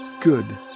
good